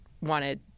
wanted